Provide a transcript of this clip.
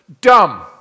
Dumb